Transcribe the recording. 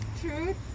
truth